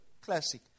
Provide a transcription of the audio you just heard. classic